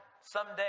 someday